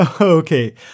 Okay